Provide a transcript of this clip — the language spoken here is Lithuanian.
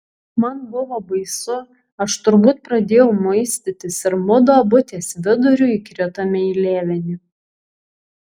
man buvo baisu aš turbūt pradėjau muistytis ir mudu abu ties viduriu įkritome į lėvenį